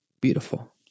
Beautiful